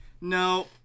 No